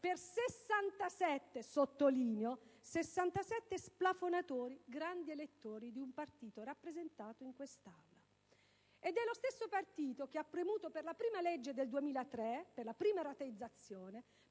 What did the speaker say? per 67 - sottolineo 67 - splafonatori, grandi elettori di un partito rappresentato in quest'Aula. Ed è lo stesso partito che ha premuto per la prima legge del 2003 (prima rateizzazione)